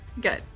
good